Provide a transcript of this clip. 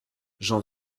j’en